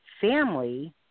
family